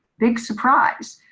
big surprise.